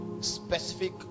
specific